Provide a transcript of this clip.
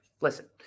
Listen